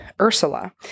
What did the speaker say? Ursula